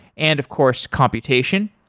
and of course computation.